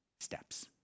steps